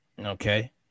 Okay